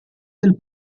del